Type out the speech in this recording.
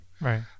Right